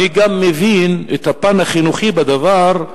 אני גם מבין את הפן החינוכי בדבר,